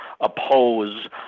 oppose